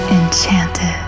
enchanted